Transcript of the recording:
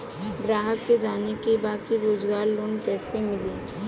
ग्राहक के जाने के बा रोजगार लोन कईसे मिली?